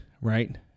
right